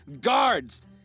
Guards